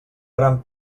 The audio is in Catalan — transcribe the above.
gran